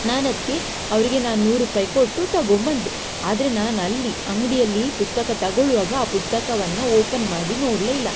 ನಾನದಕ್ಕೆ ಅವರಿಗೆ ನಾನು ನೂರು ರೂಪಾಯಿ ಕೊಟ್ಟು ತಗೊ ಬಂದೆ ಆದರೆ ನಾನಲ್ಲಿ ಅಂಗಡಿಯಲ್ಲಿ ಪುಸ್ತಕ ತಗೊಳ್ಳುವಾಗ ಆ ಪುಸ್ತಕವನ್ನು ಓಪನ್ ಮಾಡಿ ನೋಡಲೇ ಇಲ್ಲ